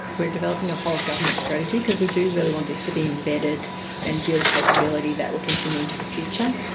we are developing a whole-of-government strategy because we do really want this to be embedded and build capability that will continued into the future,